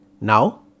Now